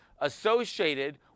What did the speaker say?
associated